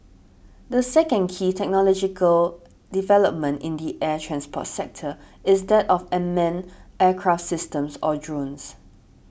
the second key technological development in the air transport sector is that of amend aircraft systems or drones